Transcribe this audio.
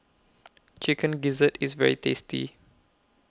Chicken Gizzard IS very tasty